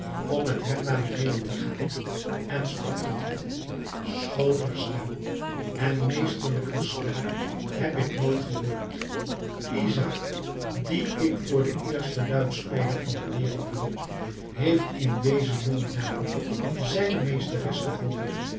om met hem naar beneden te gaan en sprak tot hem schooner stem en meesterlijker spel heb ik nooit gehoord izaäk dien ik voor den eersten luitspeler van de wereld hield heeft in deze jonge dame zijne meesteres gevonden